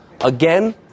Again